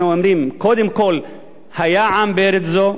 אנחנו אומרים, קודם כול היה עם בארץ זו,